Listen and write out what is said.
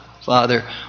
Father